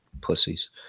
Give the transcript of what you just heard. Pussies